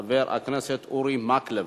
חבר הכנסת אורי מקלב.